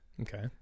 Okay